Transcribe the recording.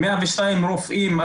102 רופאים,